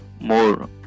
More